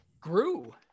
grew